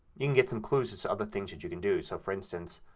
you can get some clues as to other things that you can do. so, for instance,